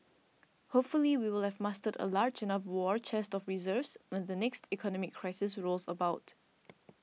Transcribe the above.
hopefully we will have mustered a large enough war chest of reserves when the next economic crisis rolls about